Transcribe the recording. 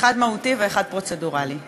אחד מהותי ואחד פרוצדורלי.